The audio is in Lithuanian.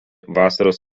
vasaros